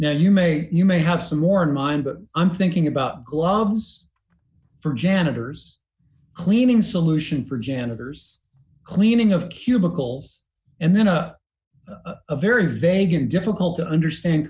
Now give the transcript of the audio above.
now you may you may have some more in mind but i'm thinking about gloves for janitors cleaning solution for janitors cleaning of cubicles and then a very vague and difficult to understand